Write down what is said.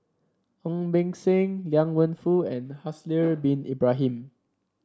Ong Beng Seng Liang Wenfu and Haslir Bin Ibrahim